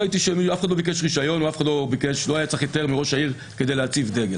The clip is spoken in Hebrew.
ואף אחד לא ביקש רישיון ולא היה צריך היתר מראש העיר כדי להציג דגל.